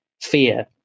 fear